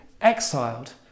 exiled